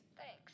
Thanks